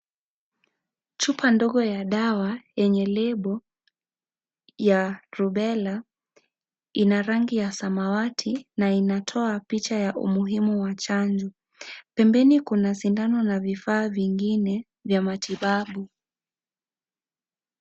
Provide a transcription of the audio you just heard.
Chupa ndogo ya dawa yenye lebo ya Rubella Ina rangi ya samawati na inatoka agizo ya umuhimu wa chanjo. Pembeni Kuna sindano na vifaa vingine vya matibabu.